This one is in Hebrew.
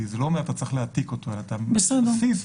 כי זה לא אומר שאתה צריך להעתיק אותו אלא אתה אומר שזה הבסיס.